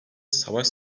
savaş